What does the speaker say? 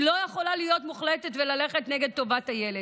היא לא יכולה להיות מוחלטת וללכת נגד טובת הילד.